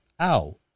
ow